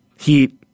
Heat